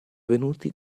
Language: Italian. venuti